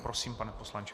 Prosím, pane poslanče.